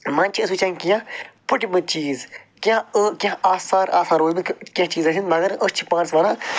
منٛزٕ چھِ أسۍ وٕچھان کیٚنٛہہ فٕٹۍمٕتۍ چیٖز کیٚنٛہہ کیٚنٛہہ آثار آسان روٗدۍمٕتۍ کیٚنٛہہ چیٖزَن ہِنٛدۍ مگر أسۍ چھِ پانَس وَنان